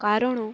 କାରଣ